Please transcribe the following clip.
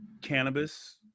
cannabis